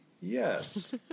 yes